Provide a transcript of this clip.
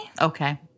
Okay